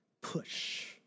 push